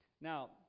Now